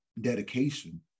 dedication